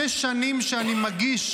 שש שנים שאני מגיש,